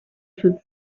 should